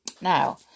now